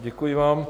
Děkuji vám.